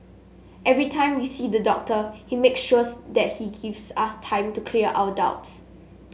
every time we see the doctor he makes sure's that he gives us time to clear our doubts